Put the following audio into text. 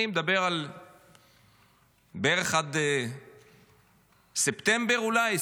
אני מדבר בערך עד ספטמבר 2024 אולי,